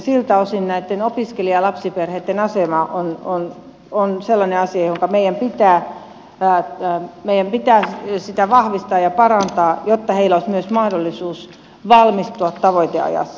siltä osin näitten opiskelijalapsiperheitten asema on sellainen asia jota meidän pitää vahvistaa ja parantaa jotta heillä olisi myös mahdollisuus valmistua tavoiteajassa